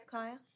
Kaya